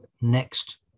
next